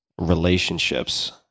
relationships